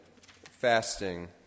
fasting